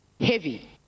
heavy